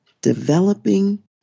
developing